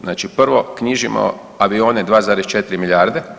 Znači prvo knjižimo avione 2,4 milijarde.